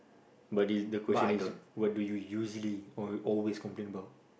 but the the question is what do you usually al~ always complain about